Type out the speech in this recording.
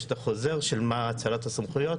יש את החוזר של מה האצלת הסמכויות